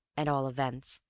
at all events,